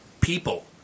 people